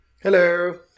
Hello